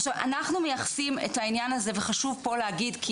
עכשיו אנחנו מייחסים את העניין הזה וחשוב פה להגיד,